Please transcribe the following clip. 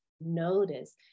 notice